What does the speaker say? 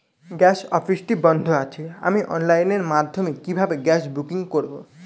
Gas অফিসটি বন্ধ আছে আমি অনলাইনের মাধ্যমে কিভাবে গ্যাস বুকিং করব?